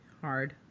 Hard